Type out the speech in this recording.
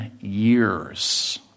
years